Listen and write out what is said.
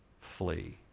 flee